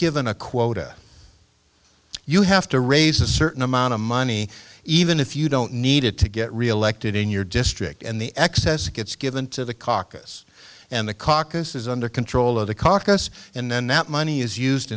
given a quota you have to raise a certain amount of money even if you don't need it to get reelected in your district and the excess gets given to the caucus and the caucus is under control of the caucus and then that money is used